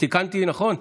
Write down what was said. תיקנתי נכון?